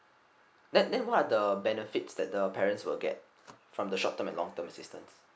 then then what are the benefits that the parents will get from the short term and long term assistance